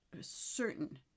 certain